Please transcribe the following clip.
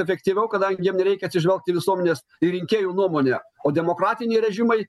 efektyviau kadangi jiem nereikia atsižvelgt į visuomenės rinkėjų nuomonę o demokratiniai režimai